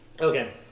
Okay